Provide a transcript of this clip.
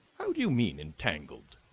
how do you mean entangled?